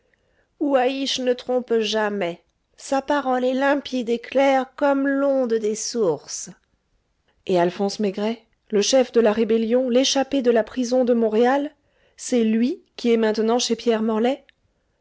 ouahiche ne trompe jamais sa parole est limpide et claire comme l'onde des sources et alphonse maigret le chef de la rébellion l'échappé de la prison de montréal c'est lui qui est maintenant chez pierre morlaix